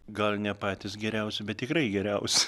gal ne patys geriausi bet tikrai geriausi